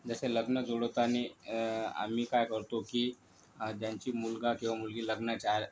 जसे लग्न जुळवताना आम्ही काय करतो की ज्यांची मुलगा किंवा मुलगी लग्नाची आहे